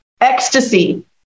ecstasy